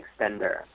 extender